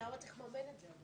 למה צריך לממן את זה?